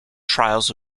trials